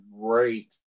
great